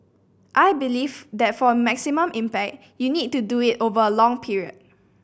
I believe that for maximum impact you need to do it over a long period